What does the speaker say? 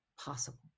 possible